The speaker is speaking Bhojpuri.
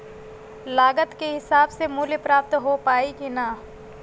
लागत के हिसाब से मूल्य प्राप्त हो पायी की ना?